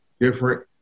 different